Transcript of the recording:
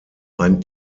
ein